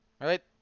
right